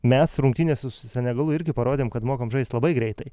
mes rungtynėse su senegalu irgi parodėm kad mokam žaist labai greitai